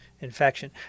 infection